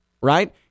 right